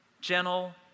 gentle